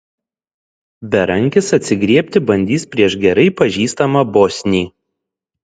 berankis atsigriebti bandys prieš gerai pažįstamą bosnį